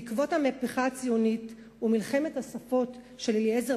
בעקבות המהפכה הציונית ומלחמת השפות של אליעזר